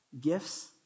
gifts